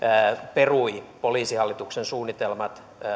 perui poliisihallituksen suunnitelmat